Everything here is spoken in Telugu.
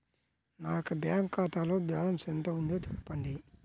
నా యొక్క బ్యాంక్ ఖాతాలో బ్యాలెన్స్ ఎంత ఉందో తెలపండి?